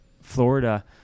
florida